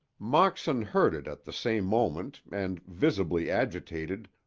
moxon heard it at the same moment and, visibly agitated,